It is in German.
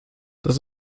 das